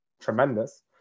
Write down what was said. tremendous